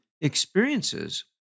experiences